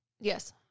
Yes